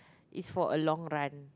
is for a long run